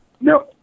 No